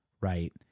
Right